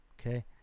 Okay